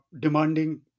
demanding